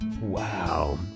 Wow